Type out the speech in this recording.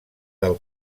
del